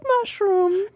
mushroom